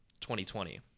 2020